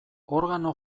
organo